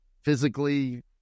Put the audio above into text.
physically